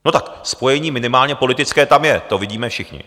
No, spojení minimálně politické tam je, to vidíme všichni.